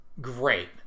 great